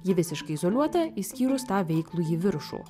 ji visiškai izoliuota išskyrus tą veiklųjį viršų